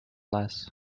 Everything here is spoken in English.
less